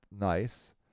nice